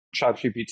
ChatGPT